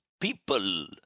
people